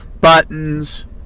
Buttons